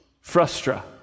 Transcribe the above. Frustra